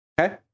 Okay